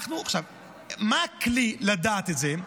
מה הכלי לדעת את זה?